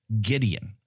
Gideon